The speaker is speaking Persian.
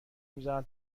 میذارن